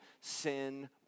sin